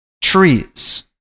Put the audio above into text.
trees